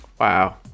Wow